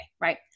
right